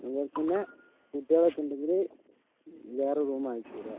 അതുപോലെത്തന്നെ കുട്ടികൾ ഒക്കെ ഉണ്ടെങ്കിൽ വേറെ റൂം ആയിട്ടിടുക